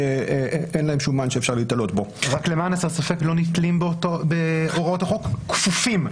אפשר היה לחשוב על פתרון חקיקתי או על פתרון